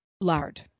lard